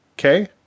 Okay